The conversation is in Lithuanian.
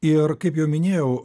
ir kaip jau minėjau